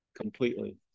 completely